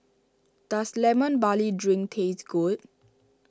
does Lemon Barley Drink taste good